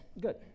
Good